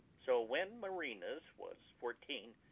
so when marina's was four teen,